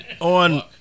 On